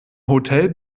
hotel